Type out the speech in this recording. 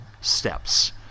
steps